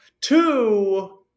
Two